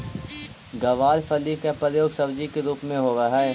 गवारफली के प्रयोग सब्जी के रूप में होवऽ हइ